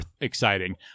exciting